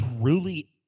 truly